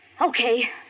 Okay